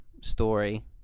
story